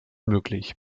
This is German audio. möglich